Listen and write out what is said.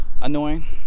annoying